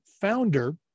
founder